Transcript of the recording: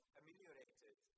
ameliorated